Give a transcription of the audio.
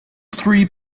three